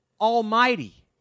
Almighty